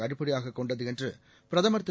அடிப்படையாக கொண்டது என்று பிரதமர் திரு